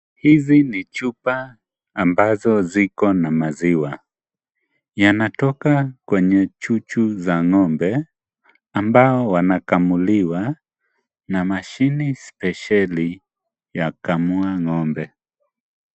Hizi ni chupa ambazo ziko na maziwa ,yanatoka kwenye chuchu za ng'ombe ,ambao wanakamuliwa na mashini spesheli ya kukamua ng'ombe.